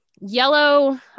yellow